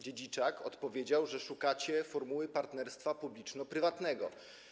Dziedziczak stwierdził, że szukacie formuły partnerstwa publiczno-prywatnego.